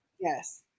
Yes